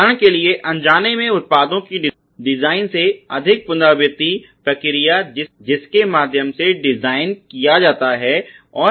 उदाहरण के लिए अनजाने में उत्पादों की डिजाइनिंग से अधिक पुनरावृत्ति प्रक्रिया जिसके माध्यम से डिजाइन किया जाता है